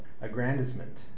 aggrandizement